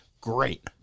great